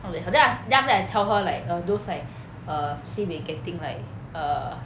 then I then after that I tell her like err those like err si min getting like err